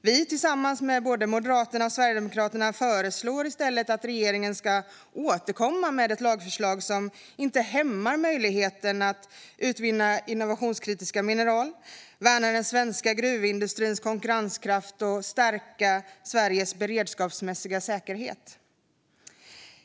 Vi tillsammans med Moderaterna och Sverigedemokraterna föreslår i stället att regeringen ska återkomma med ett lagförslag som inte hämmar möjligheten att utvinna innovationskritiska mineral, som värnar den svenska gruvindustrins konkurrenskraft och som stärker Sveriges beredskapsmässiga säkerhet.